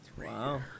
Wow